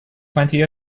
plenty